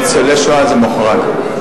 ניצולי שואה זה מוחרג.